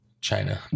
China